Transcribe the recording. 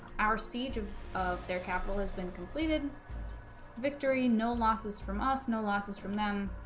our siege of of their capital has been completed victory no losses from us no losses from them